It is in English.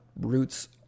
roots